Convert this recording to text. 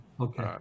Okay